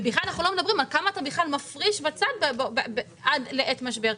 ובכלל אנחנו לא מדברים על כמה אתה בכלל מפריש בצד עד לעת משבר.